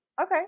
Okay